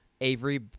Avery